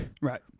Right